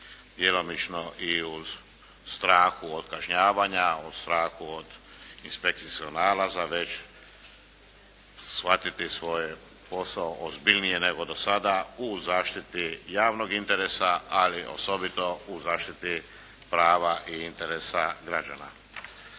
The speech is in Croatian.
djelomično i u strahu od kažnjavanja, u strahu od inspekcijskog nalaza već shvatiti svoj posao ozbiljnije nego do sada u zaštiti javnog interesa ali osobito u zaštiti prava i interesa građana.